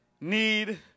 need